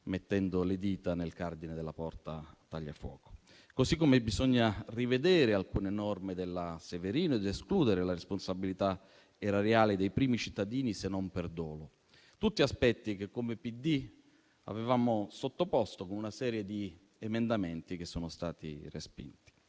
mettendo le dita nel cardine della porta tagliafuoco. Analogamente, bisogna rivedere alcune norme della cosiddetta legge Severino ed escludere la responsabilità erariale dei primi cittadini, se non per dolo. Sono tutti aspetti che, come Partito Democratico, avevamo sottoposto con una serie di emendamenti, che sono stati respinti.